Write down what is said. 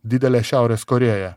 didelę šiaurės korėją